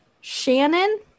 Shannon